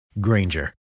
Granger